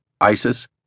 ISIS